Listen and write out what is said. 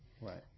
right